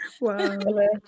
wow